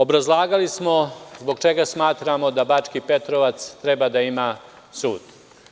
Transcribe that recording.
Obrazlagali smo zbog čega smatramo da Bački Petrovac treba da ima sud.